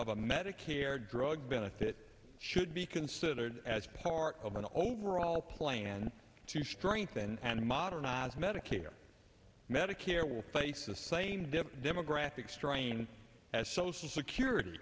of a medicare drug benefit should be considered as part of an overall plan to strengthen and modernize medicare medicare will face the same demographic strains as social security